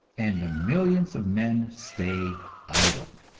and the millions of men stay idle.